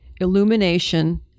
illumination